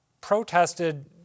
protested